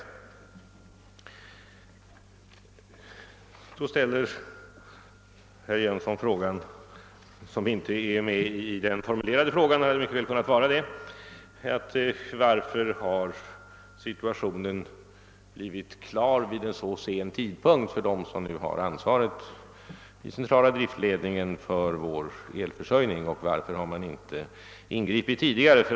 Sedan ställde herr Jönsson den frågan — som inte var med i hans ur sprungliga fråga men mycket väl hade kunnat vara det — varför bristsituationen har stått klar vid en så sen tidpunkt för dem som har ansvaret. Varför har man inte ingripit tidigare från centrala driftsledningens sida?